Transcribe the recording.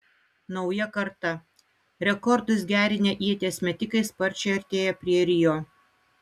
nauja karta rekordus gerinę ieties metikai sparčiai artėja prie rio